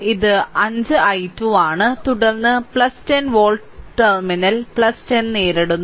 ഇത് 5 i2 ആണ് തുടർന്ന് 10 വോൾട്ട് ടെർമിനൽ 10 നേരിടുന്നു